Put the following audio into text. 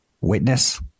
Witness